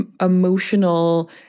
emotional